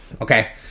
okay